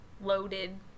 loaded